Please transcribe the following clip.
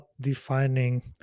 defining